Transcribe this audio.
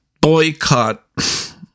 boycott